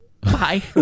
Bye